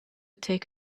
take